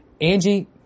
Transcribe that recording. Angie